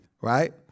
right